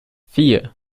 vier